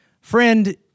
Friend